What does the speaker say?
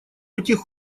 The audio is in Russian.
этих